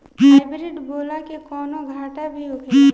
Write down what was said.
Hybrid बोला के कौनो घाटा भी होखेला?